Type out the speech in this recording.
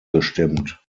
gestimmt